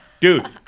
Dude